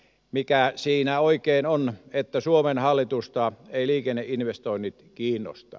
mikä siinä oikein on että suomen hallitusta ei liikenneinvestoinnit kiinnosta